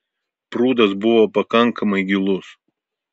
prūdas buvo pakankamai gilus